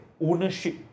ownership